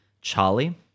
Charlie